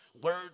word